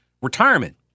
Retirement